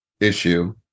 issue